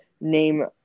name